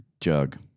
jug